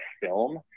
film